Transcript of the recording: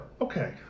Okay